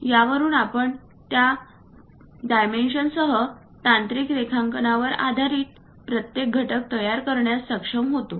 यावरून आपण त्या परिमाणांसह तांत्रिक रेखांकनावर आधारित प्रत्येक घटक तयार करण्यास सक्षम होतो